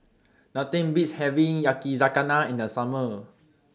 Nothing Beats having Yakizakana in The Summer